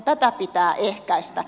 tätä pitää ehkäistä